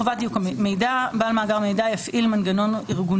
חובת דיוק מידע 5. (א) בעל מאגר מידע יפעיל מנגנון ארגוני,